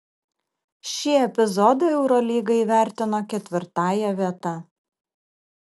šį epizodą eurolyga įvertino ketvirtąja vieta